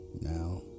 Now